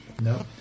No